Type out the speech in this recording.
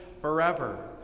forever